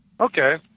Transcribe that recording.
Okay